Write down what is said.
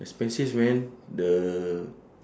expensive man the